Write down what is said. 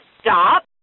stop